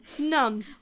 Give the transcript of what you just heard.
none